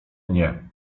nie